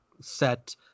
set